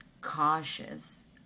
cautious